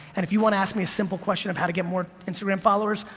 and if you want to ask me a simple question of how to get more instagram followers,